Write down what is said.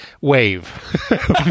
wave